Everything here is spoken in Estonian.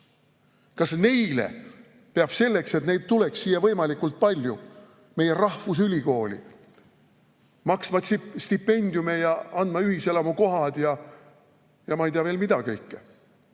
Kas neile peab selleks, et neid tuleks võimalikult palju meie rahvusülikooli, maksma stipendiume ja andma ühiselamukohti ja ma ei tea, mida kõike